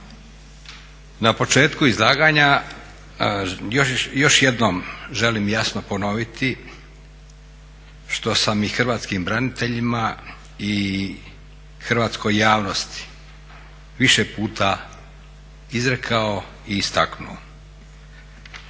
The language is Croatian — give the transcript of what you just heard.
Na početku izlaganja još jednom želim jasno ponoviti što sam i hrvatskim braniteljima i hrvatskoj javnosti više puta izrekao i istaknuo.